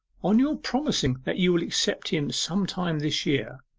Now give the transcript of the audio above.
on your promising that you will accept him some time this year,